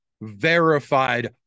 verified